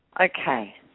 Okay